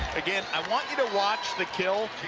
again, i want you to watch the kills.